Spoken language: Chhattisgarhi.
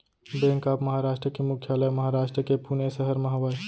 बेंक ऑफ महारास्ट के मुख्यालय महारास्ट के पुने सहर म हवय